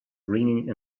ringing